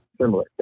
similar